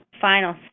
final